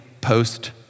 post